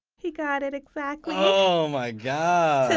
he got it exactly! oh my gosh,